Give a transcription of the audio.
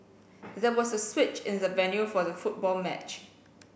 there was a switch in the venue for the football match